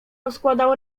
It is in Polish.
rozkładał